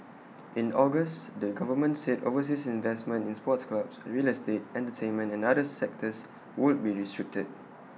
in August the government said overseas investments in sports clubs real estate entertainment and other sectors would be restricted